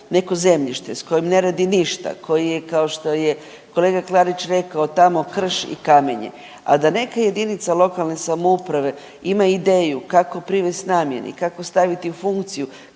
neko zemljište s kojim ne radi ništa, koji je kao što je kolega Klarić rekao tamo krš i kamenje, a da neke jedinice lokalne samouprave imaju ideju kako privest namjeni, kako staviti u funkciju,